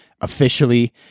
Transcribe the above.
officially